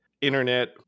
internet